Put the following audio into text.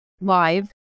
live